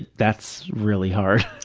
that's really hard.